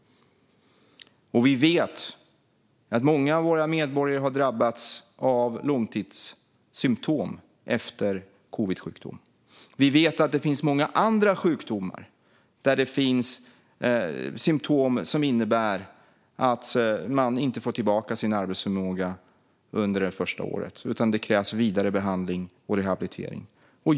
Vi vet att många av våra medborgare har drabbats av långtidssymtom efter covidsjukdom. Vi vet att det finns många andra sjukdomar där det finns symtom som innebär att de inte får tillbaka sin arbetsförmåga under det första året, utan det krävs vidare behandling och rehabilitering.